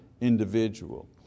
individual